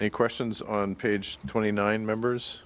the questions on page twenty nine members